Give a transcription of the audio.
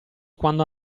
quando